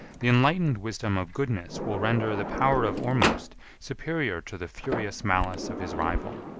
the enlightened wisdom of goodness will render the power of ormusd superior to the furious malice of his rival.